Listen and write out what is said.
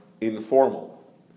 informal